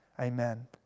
Amen